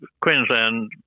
Queensland